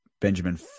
Benjamin